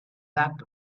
that